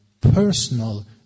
personal